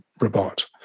Robot